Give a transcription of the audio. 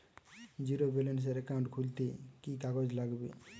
Zero ব্যালেন্সের account খুলতে কি কি কাগজ লাগবে?